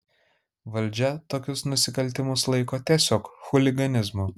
valdžia tokius nusikaltimus laiko tiesiog chuliganizmu